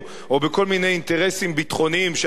או בכל מיני אינטרסים ביטחוניים שאתם